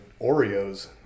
Oreos